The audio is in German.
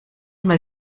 mal